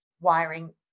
wiring